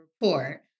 report